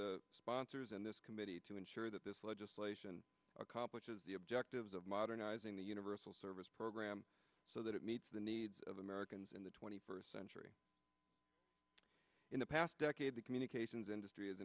the sponsors in this committee to ensure that this legislation accomplishes the objectives of modernizing the universal service program so that it meets the needs of americans in the twenty first century in the past decade the communications industry